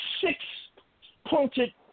six-pointed